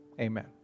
amen